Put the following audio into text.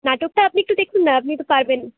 নাটকটা আপনি একটু দেখুন না আপনি তো পারবেন